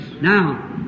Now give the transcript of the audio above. Now